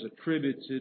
attributed